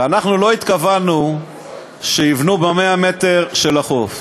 ואנחנו לא התכוונו שיבנו ב-100 מטר של קו החוף.